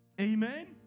Amen